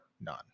none